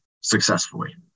successfully